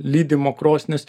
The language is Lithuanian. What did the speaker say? lydymo krosnis